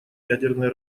ядерное